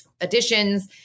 additions